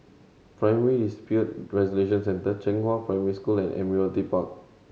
Primary Dispute Resolution Centre Zhenghua Primary School and Park